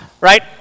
right